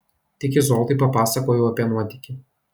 tik izoldai papasakojau apie nuotykį